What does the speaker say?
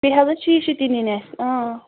بیٚیہِ حظ چھُ یہِ چھُ شُتی نِنۍ اسہِ اۭں